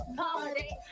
party